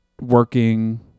working